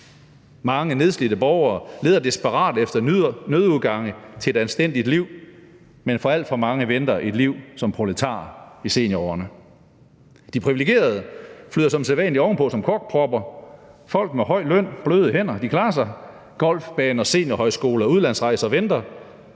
Mange nedslidte borgere leder desperat efter nødudgange til et anstændigt liv, men for alt for mange venter et liv som proletar i seniorårene. De privilegerede flyder som sædvanlig ovenpå som korkpropper. Folk med høj løn og bløde hænder klarer sig; golfbaner, seniorhøjskoler og udlandsrejser venter.